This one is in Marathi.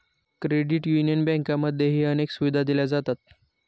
क्रेडिट युनियन बँकांमध्येही अनेक सुविधा दिल्या जातात